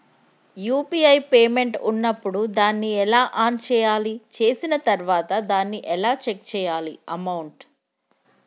UPI payment ఉన్నప్పుడు దాన్ని ఎలా ఆన్ చేయాలి? చేసిన తర్వాత దాన్ని ఎలా చెక్ చేయాలి అమౌంట్?